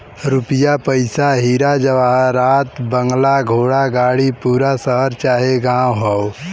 रुपिया पइसा हीरा जवाहरात बंगला घोड़ा गाड़ी पूरा शहर चाहे गांव हौ